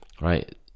right